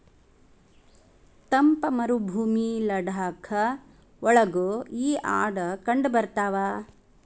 ತಂಪ ಮರಭೂಮಿ ಲಡಾಖ ಒಳಗು ಈ ಆಡ ಕಂಡಬರತಾವ